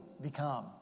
become